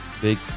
Big